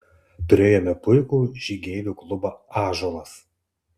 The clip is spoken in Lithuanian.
turėjome puikų žygeivių klubą ąžuolas